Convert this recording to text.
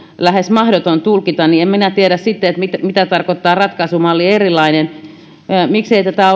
lähes mahdoton tulkita niin en minä tiedä sitten mitä tarkoittaa erilainen ratkaisumalli miksi tätä